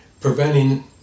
preventing